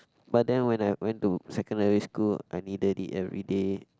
but then when I went to secondary school I needed it everyday